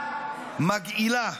מגעילה.